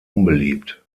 unbeliebt